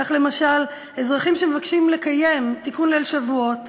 כך, למשל, אזרחים שמבקשים לקיים תיקון ליל שבועות